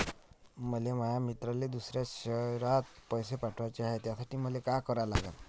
मले माया मित्राले दुसऱ्या शयरात पैसे पाठवाचे हाय, त्यासाठी मले का करा लागन?